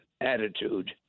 attitude